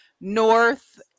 north